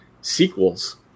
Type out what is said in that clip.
sequels